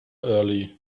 early